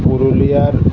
পুরুলিয়ার